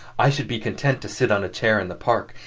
i should be content to sit on a chair in the park,